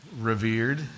revered